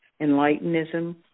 Enlightenism